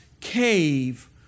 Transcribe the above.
cave